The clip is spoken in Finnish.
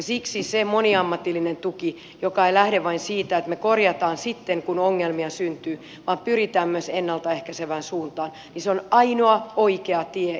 siksi se moniammatillinen tuki joka ei lähde vain siitä että me korjaamme sitten kun ongelmia syntyy vaan pyritään myös ennalta ehkäisevään suuntaan on ainoa oikea tie